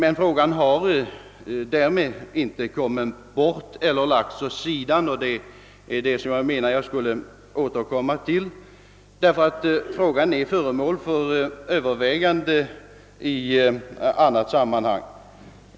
Problemet har emellertid inte därmed lagts åt sidan — och det är det som jag skall återkomma till — ty det är föremål för övervägande i annat sammanhang.